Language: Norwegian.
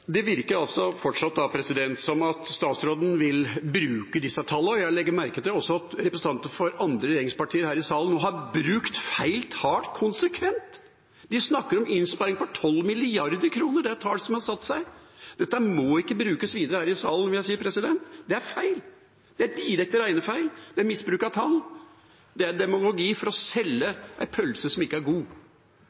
Det virker fortsatt som om statsråden vil bruke disse tallene. Jeg legger også merke til at representanter for andre regjeringspartier her i salen konsekvent har brukt feil tall. De snakker om innsparinger på 12 mrd. kr. Det er et tall som har satt seg. Det må ikke brukes videre her i salen. Det er feil. Det er en direkte regnefeil. Det er misbruk av tall. Det er demagogi for å selge en pølse som ikke er god.